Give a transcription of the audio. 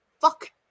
fuck